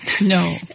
No